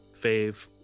fave